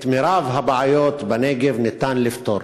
את רוב הבעיות בנגב ניתן לפתור,